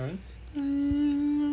mm